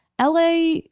LA